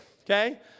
okay